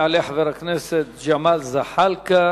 יעלה חבר הכנסת ג'מאל זחאלקה.